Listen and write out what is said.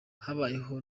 habayeho